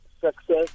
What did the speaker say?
success